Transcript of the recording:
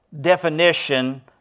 definition